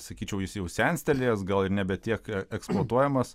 sakyčiau jis jau senstelėjęs gal ir nebe tiek eksploatuojamas